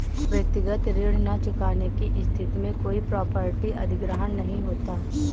व्यक्तिगत ऋण न चुकाने की स्थिति में कोई प्रॉपर्टी अधिग्रहण नहीं होता